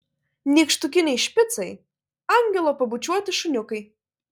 nykštukiniai špicai angelo pabučiuoti šuniukai